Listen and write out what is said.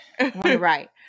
right